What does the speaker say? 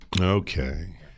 Okay